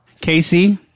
Casey